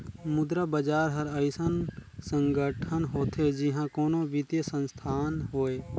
मुद्रा बजार हर अइसन संगठन होथे जिहां कोनो बित्तीय संस्थान होए